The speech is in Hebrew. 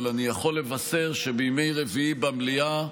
אבל אני יכול לבשר שבימי רביעי במליאה,